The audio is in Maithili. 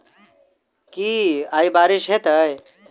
की आय बारिश हेतै?